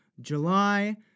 July